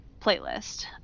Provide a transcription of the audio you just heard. playlist